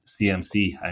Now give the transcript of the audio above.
CMC